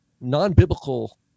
non-biblical